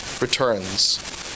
returns